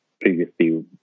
previously